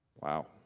Wow